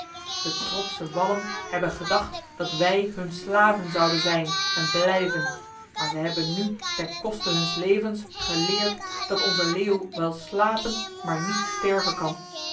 de trotse wallen hebben gedacht dat wij hun slaven zouden zijn en blijven maar zij hebben nu ten koste huns levens geleerd dat onze leeuw wel slapen maar niet sterven kan